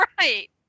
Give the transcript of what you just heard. Right